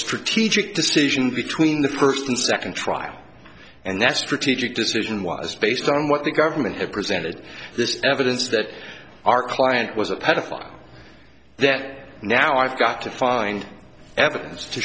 strategic decision between the first and second trial and that strategic decision was based on what the government had presented this evidence that our client was a pedophile that now i've got to find evidence to